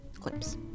clips